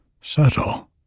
subtle